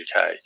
uk